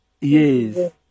Yes